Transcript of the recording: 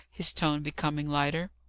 his tone becoming lighter.